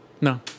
No